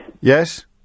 Yes